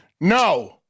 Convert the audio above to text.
No